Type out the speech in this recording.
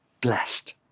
blessed